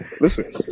Listen